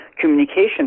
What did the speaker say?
communication